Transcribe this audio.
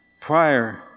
prior